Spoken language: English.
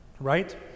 Right